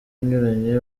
inyuranye